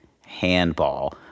handball